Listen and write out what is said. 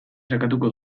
sakatuko